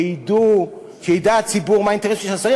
שידע הציבור מה האינטרס של השרים.